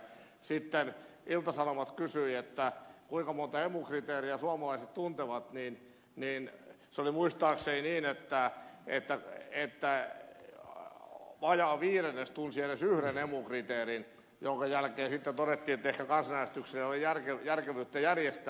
sitten kun ilta sanomat kysyi kuinka monta emu kriteeriä suomalaiset tuntevat niin se oli muistaakseni niin että vajaa viidennes tunsi edes yhden emu kriteerin minkä jälkeen todettiin että ehkä kansanäänestystä ei ole järkevää järjestää